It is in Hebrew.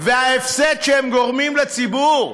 וההפסד שהם גורמים לציבור.